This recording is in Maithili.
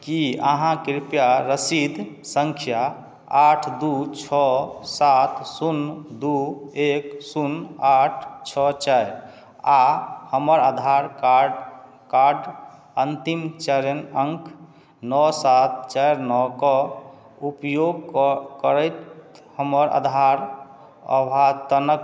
की अहाँ कृपया रसीद सङ्ख्या आठ दू छओ सात शून्य दू एक शून्य आठ छओ चारि आ हमर आधारकार्ड कार्ड अंतिम चारि अङ्क नओ सात चारि नओ कऽ उपयोग करैत हमर आधार अद्यतनक